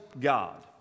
God